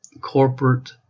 corporate